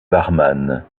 barman